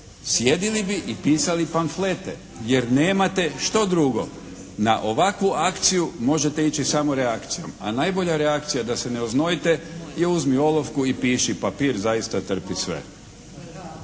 Sjedili bi i pisali pamflete, jer nemate što drugo. Na ovakvu akciju možete ići samo reakcijom, a najbolja reakcija da se ne oznojite je uzmi olovku i piši papir, zaista trpi sve.